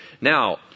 Now